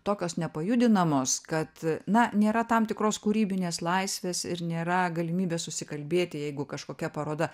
tokios nepajudinamos kad na nėra tam tikros kūrybinės laisvės ir nėra galimybės susikalbėti jeigu kažkokia paroda